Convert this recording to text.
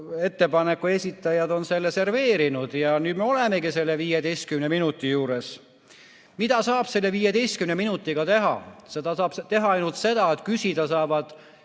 ettepaneku esitajad on selle serveerinud. Ja nüüd me olemegi selle 15 minuti juures. Mida saab selle 15 minutiga teha? Saab teha ainult seda, et küsida saavad